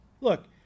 Look